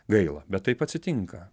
gaila bet taip atsitinka